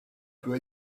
peut